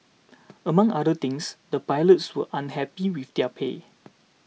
among other things the pilots were unhappy with their pay